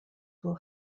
will